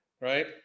right